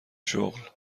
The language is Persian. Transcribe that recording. شغل